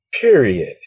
Period